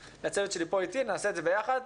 הצוות שלי כאן אתי ונעשה את זה ביחד.